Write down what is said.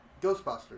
Ghostbusters